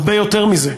הרבה יותר מזה.